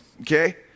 okay